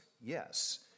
yes